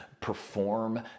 perform